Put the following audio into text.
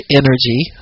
energy